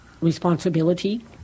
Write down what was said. responsibility